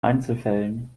einzelfällen